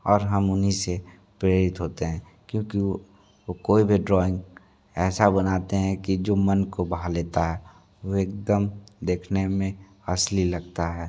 और हम उन्हीं से प्रेरित होते हैं क्योंकि वह कोई भी ड्राइंग ऐसा बनाते हैं कि जो मन को भा लेता है वह एकदम देखने में असली लगता है